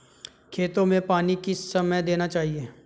खेतों में पानी किस समय देना चाहिए?